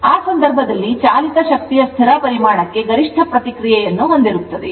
ಆ ಸಂದರ್ಭದಲ್ಲಿ ಚಾಲಿತ ಶಕ್ತಿಯ ಸ್ಥಿರ ಪರಿಮಾಣಕ್ಕೆ ಗರಿಷ್ಠ ಪ್ರತಿಕ್ರಿಯೆಯನ್ನು ಹೊಂದಿರುತ್ತದೆ